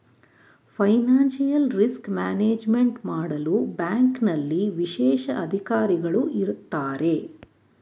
financial risk management ಮಾಡಲು ಬ್ಯಾಂಕ್ನಲ್ಲಿ ವಿಶೇಷ ಅಧಿಕಾರಿಗಳು ಇರತ್ತಾರೆ